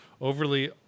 overly